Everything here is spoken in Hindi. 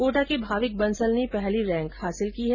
कोटा के भाविक बंसल ने पहली रैंक हांसिल की है